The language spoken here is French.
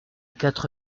quatre